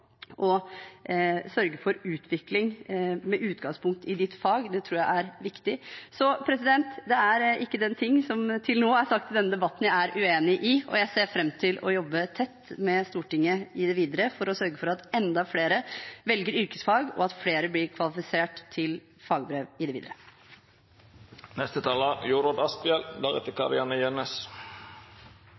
og sørge for utvikling med utgangspunkt i faget sitt. Det tror jeg er viktig. Det er ikke den ting som til nå er sagt i denne debatten, som jeg er uenig i, og jeg ser fram til å jobbe tett med Stortinget i det videre for å sørge for at enda flere velger yrkesfag, og at flere blir kvalifisert til fagbrev. Ettersom vi trøndere er så beskjedne, skal jeg ikke ta fram alt det